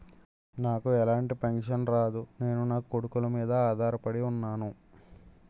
నాకు ఎలాంటి పెన్షన్ రాదు నేను నాకొడుకుల మీద ఆధార్ పడి ఉన్నాను